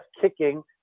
kicking